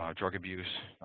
um drug abuse,